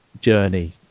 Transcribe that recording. journey